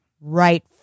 right